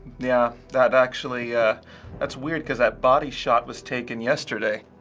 yeah. that actually that's weird, cause that body shot was taken yesterday.